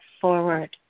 forward